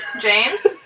James